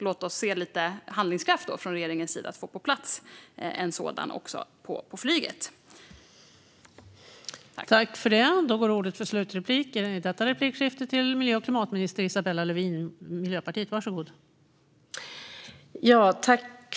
Låt oss se lite handlingskraft från regeringens sida så att vi får en sådan på plats för flygets räkning.